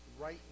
right